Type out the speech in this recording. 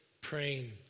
praying